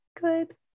good